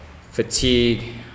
fatigue